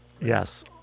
Yes